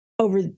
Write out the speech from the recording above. over